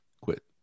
Quit